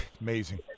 Amazing